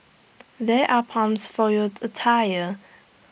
there are pumps for your A tyre